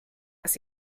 ist